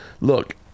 look